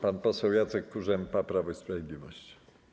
Pan poseł Jacek Kurzępa, Prawo i Sprawiedliwość.